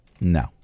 No